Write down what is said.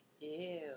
Ew